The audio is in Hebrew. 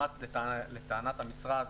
לטענת המשרד,